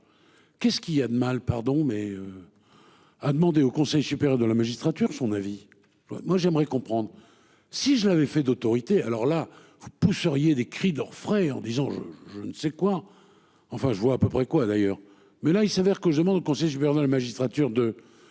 Qu'est-ce qu'il y a de mal pardon mais. A demandé au Conseil supérieur de la magistrature son avis. Moi j'aimerais comprendre si je l'avais fait d'autorité, alors là vous pousse charrié des cris d'orfraie en disant je je ne sais quoi, enfin je vois à peu près quoi. D'ailleurs, mais là il s'avère que je demande qu'on si je gouverne à la magistrature de